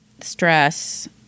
stress